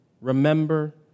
Remember